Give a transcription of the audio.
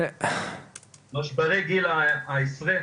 משברי גיל העשרה.